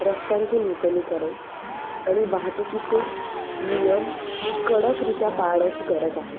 रस्त्यांचे नूतनीकरण आणि वाहतुकीचे नियम कडकरीत्या पाळण्याची गरज आहे